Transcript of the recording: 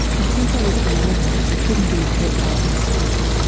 but since i was eleven, i couldn't be put out on the street.